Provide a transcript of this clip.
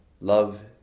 Love